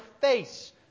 face